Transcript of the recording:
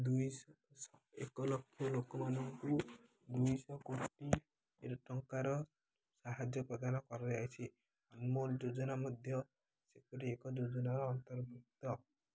ଏକ ଲକ୍ଷ ଲୋକମାନଙ୍କୁ ଦୁଇଶହ କୋଟି ଟଙ୍କାର ସାହାଯ୍ୟ ପ୍ରଦାନ କରାଯାଇଛି ଅନମୋଲ ଯୋଜନା ମଧ୍ୟ ସେହିପରି ଏକ ଯୋଜନାର ଅନ୍ତର୍ଭୁକ୍ତ